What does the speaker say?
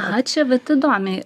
a čia vat įdomiai